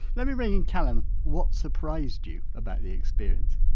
let me bring in callum. what surprised you about the experience?